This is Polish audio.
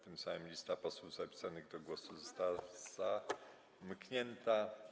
Tym samym lista posłów zapisanych do głosu została zamknięta.